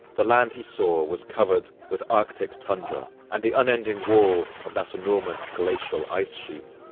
the land he saw was covered with arctic tundra and the unending wall of that enormous glacial ice sheet.